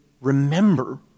remember